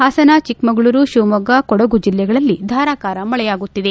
ಹಾಸನ ಚಿಕ್ಕಮಗಳೂರು ಶಿವಮೊಗ್ಗ ಕೊಡಗು ಜಿಲ್ಲೆಗಳಲ್ಲಿ ಧಾರಾಕಾರ ಮಳೆಯಾಗುತ್ತಿದೆ